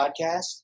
podcast